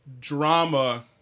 drama